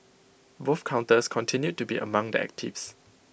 both counters continued to be among the actives